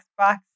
Xbox